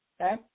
Okay